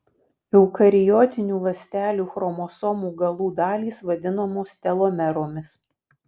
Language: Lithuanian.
eukariotinių ląstelių chromosomų galų dalys vadinamos telomeromis